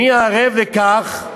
מי ערב לכך,